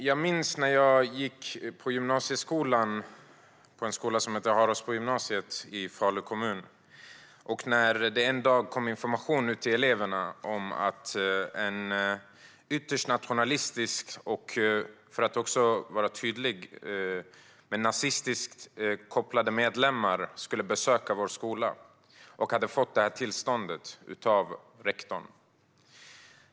Jag minns när jag gick på gymnasiet i en skola som heter Haraldsbogymnasiet i Falu kommun och det en dag gick ut information till eleverna om att ett ytterst nationalistiskt parti med, för att vara tydlig, medlemmar med nazistisk koppling skulle besöka vår skola och hade fått tillstånd till det av rektorn.